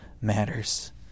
matters